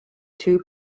two